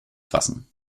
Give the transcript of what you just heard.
fassen